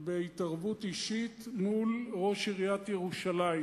בהתערבות אישית מול ראש עיריית ירושלים?